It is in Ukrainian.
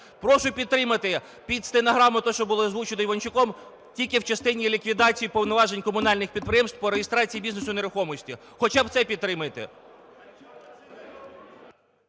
Прошу підтримати під стенограму те, що було озвучено Іванчуком тільки в частині ліквідації повноважень комунальних підприємств по реєстрації бізнесу нерухомості. Хоча б це підтримайте.